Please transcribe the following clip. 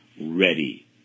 ready